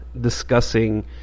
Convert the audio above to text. discussing